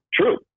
true